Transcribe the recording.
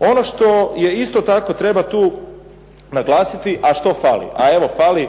Ono što isto tako treba tu naglasiti a što fali, a evo fali